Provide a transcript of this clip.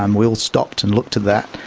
um we all stopped and looked at that.